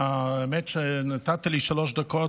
האמת היא שנתת לי שלוש דקות,